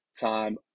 time